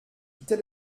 tel